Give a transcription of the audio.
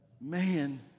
man